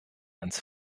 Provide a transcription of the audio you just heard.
ans